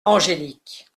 angélique